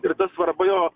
ir ta svarba jo